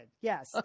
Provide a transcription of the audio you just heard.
Yes